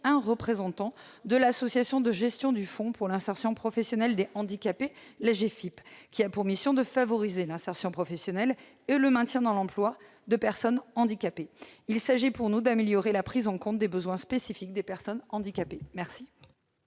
représentant de l'Association de gestion du fonds pour l'insertion professionnelle des handicapés, l'AGEFIPH, qui a pour mission de favoriser l'insertion professionnelle et le maintien dans l'emploi des personnes handicapées. Il s'agit pour nous d'améliorer la prise en compte des besoins spécifiques des personnes handicapées. Quel